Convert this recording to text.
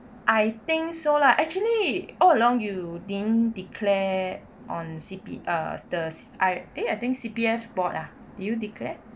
I think so lah actually all along you didn't declare on C_P err the I eh I think C_P_F board ah did you declare